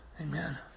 Amen